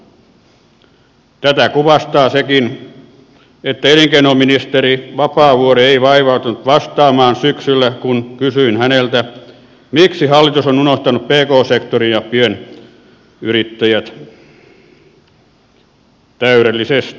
tätä kuvastaa sekin että elinkeinoministeri vapaavuori ei vaivautunut vastaamaan syksyllä kun kysyin häneltä miksi hallitus on unohtanut pk sektorin ja pienyrittäjät täydellisesti